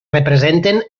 representen